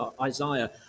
Isaiah